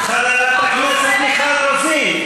חברת הכנסת מיכל רוזין,